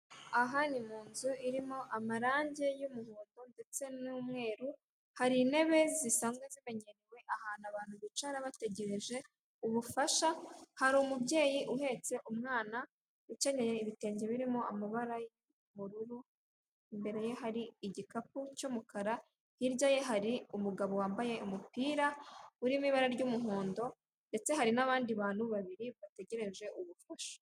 Aha ni mu nzu irimo amarangi y'umuhondo ndetse n'umweru, hari intebe zisanzwe zimenyerewe ahantu abantu bicara bategereje ubufasha, hari umubyeyi uhetse umwana, ukeneye ibitenge birimo amabara y'ubururu, imbere ye hari igikapu cy'umukara, hirya ye hari umugabo wambaye umupira urimo ibara ry'umuhondo, ndetse hari n'abandi bantu babiri bategereje ubufasha.